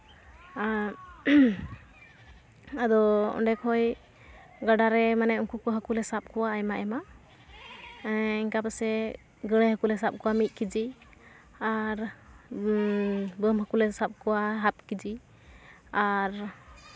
ᱟᱨ ᱟᱫᱚ ᱚᱸᱰᱮ ᱠᱷᱚᱡ ᱜᱟᱰᱟᱨᱮ ᱢᱟᱱᱮ ᱩᱱᱠᱩ ᱠᱚ ᱦᱟᱹᱠᱩ ᱞᱮ ᱥᱟᱵ ᱠᱚᱣᱟ ᱟᱭᱢᱟ ᱟᱭᱢᱟ ᱤᱱᱠᱟ ᱯᱟᱥᱮᱡ ᱜᱟᱹᱲᱟᱹᱭ ᱦᱟᱹᱞᱩᱞᱮ ᱥᱟᱵ ᱠᱚᱣᱟ ᱢᱤᱫ ᱠᱮᱡᱤ ᱟᱨ ᱵᱟᱹᱱ ᱦᱟᱹᱠᱩᱞᱮ ᱥᱟᱵ ᱠᱚᱣᱟ ᱦᱟᱯᱷ ᱠᱮᱡᱤ ᱟᱨ